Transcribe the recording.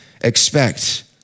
expect